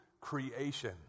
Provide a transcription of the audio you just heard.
creation